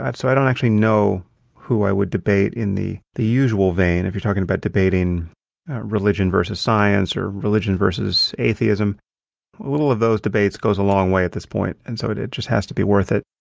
so i don't actually know who i would debate in the the usual vein if you're talking about debating religion versus science or religion versus atheism. a little of those debates goes a long way at this point, and so it it just has to be worth it.